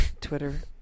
Twitter